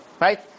Right